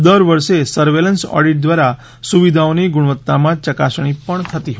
દર વર્ષે surveillance audit દ્વારા સુવિધાઓની ગુણવત્તામાં ચકાસણી પણ થતી હોય છે